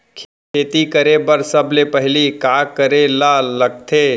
खेती करे बर सबले पहिली का करे ला लगथे?